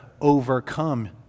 overcome